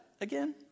again